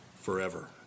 forever